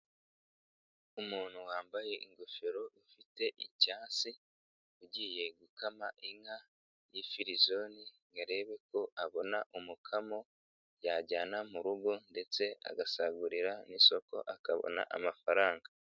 Umuntu wambaye ingofero ufite icyansi, ugiye gukama inka y'infirizoni ngo arebe ko abona umukamo yajyana mu rugo ndetse agasagurira n'isoko akabona amafaranga.